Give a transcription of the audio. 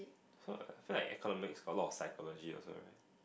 so like I feel like economics got a lot of psychology also right